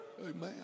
Amen